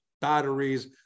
batteries